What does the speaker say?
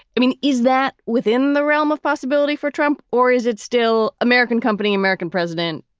i mean, is that within the realm of possibility for trump or is it still american company, american president?